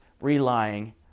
relying